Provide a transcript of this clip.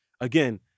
again